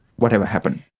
whatever happened.